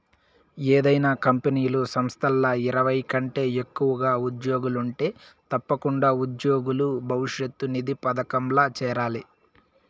ఏదైనా కంపెనీలు, సంస్థల్ల ఇరవై కంటే ఎక్కువగా ఉజ్జోగులుంటే తప్పకుండా ఉజ్జోగుల భవిష్యతు నిధి పదకంల చేరాలి